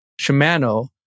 Shimano